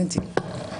בנצי.